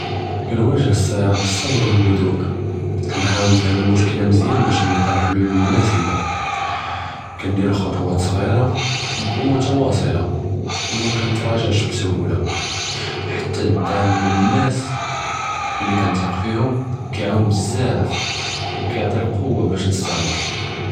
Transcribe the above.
קנוואג'ה אלסעאב בסבר ואלהדוא', קנהאול נפם אלמשכלה מזיאן בש נלקא אלחולול אלמונאסבה, קנדיר ח'טואות סכירה ומתוואסלה, ומא קנתראג'עש בסהולה, חתא אלדעמ מן אלנאס לי קנתיק פיהם קיעאוון בזאף וקייאתי אלכּוואה בש נסטמר.